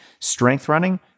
strengthrunning